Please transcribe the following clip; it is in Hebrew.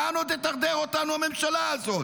לאן עוד תדרדר אותנו הממשלה הזאת?